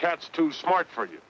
cats too smart for you